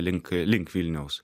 link link vilniaus